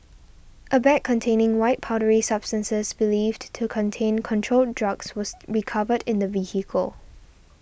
a bag containing white powdery substances believed to to contain controlled drugs was recovered in the vehicle